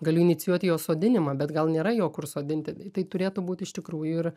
galiu inicijuot jo sodinimą bet gal nėra jo kur sodinti tai turėtų būt iš tikrųjų ir